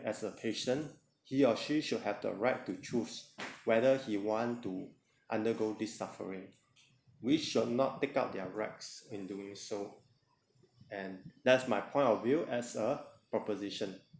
as a patient he or she should have the right to choose whether he want to undergo this suffering we should not take out their rights in doing so and that's my point of view as a proposition